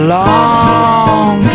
long